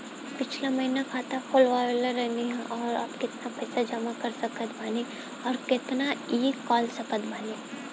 पिछला महीना खाता खोलवैले रहनी ह और अब केतना पैसा जमा कर सकत बानी आउर केतना इ कॉलसकत बानी?